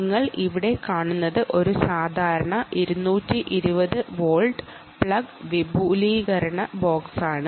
നിങ്ങൾ ഇവിടെ കാണുന്നത് ഒരു സാധാരണ 220 വോൾട്ട് പ്ലഗ് എക്സ്റ്റൻഷൻ ബോക്സാണ്